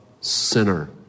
sinner